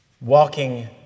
Walking